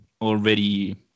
already